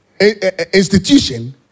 institution